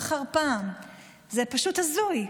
זה פשוט הזוי.